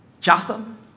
Jotham